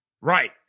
Right